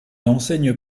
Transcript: enseigne